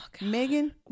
megan